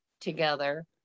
together